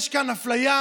יש כאן אפליה.